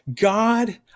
God